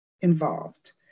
involved